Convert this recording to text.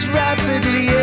rapidly